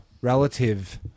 relative